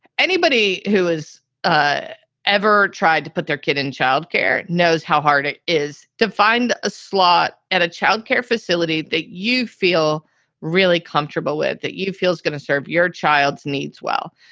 anybody who has ah ever tried to put their kid in child care knows how hard it is to find a slot at a child care facility that you feel really comfortable with, that you feel is going to serve your child's needs? well,